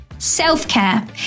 Self-care